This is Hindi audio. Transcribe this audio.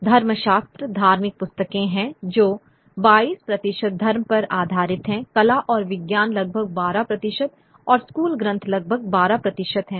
धर्मशास्त्र धार्मिक पुस्तकें हैं जो 22 प्रतिशत धर्म पर आधारित हैं कला और विज्ञान लगभग 12 प्रतिशत और स्कूल ग्रंथ लगभग 12 प्रतिशत हैं